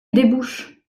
débouche